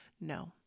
No